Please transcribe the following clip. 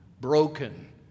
broken